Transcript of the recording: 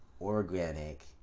organic